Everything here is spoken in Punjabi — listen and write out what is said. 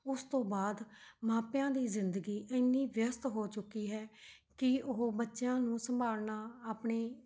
ਉਸ ਤੋਂ ਬਾਅਦ ਮਾਪਿਆਂ ਦੀ ਜ਼ਿੰਦਗੀ ਇੰਨੀ ਵਿਅਸਤ ਹੋ ਚੁੱਕੀ ਹੈ ਕਿ ਉਹ ਬੱਚਿਆਂ ਨੂੰ ਸੰਭਾਲਣਾ ਆਪਣੀ